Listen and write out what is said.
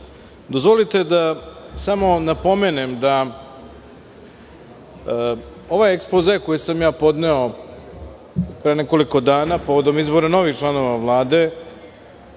pitanja. Dozvolite da samo napomenem da ovaj ekspoze koji sam podneo pre nekoliko dana povodom izbora novih članova Vlade,